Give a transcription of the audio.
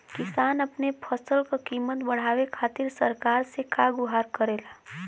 किसान अपने फसल क कीमत बढ़ावे खातिर सरकार से का गुहार करेला?